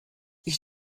ich